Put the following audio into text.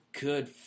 good